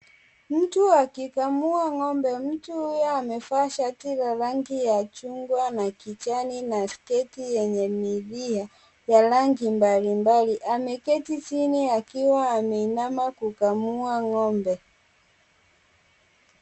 Mtu akikamua ng'ombe. Mtu huyo amevaa shati la rangi ya chungwa na kijani na sketi yenye milia ya rangi mbalimbali. Ameketi chini akiwa ameinama kukamua ng'ombe.